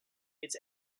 its